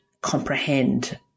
comprehend